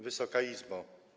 Wysoka Izbo!